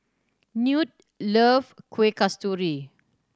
Newt loves Kueh Kasturi